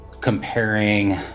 comparing